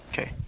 Okay